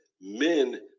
Men